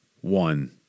One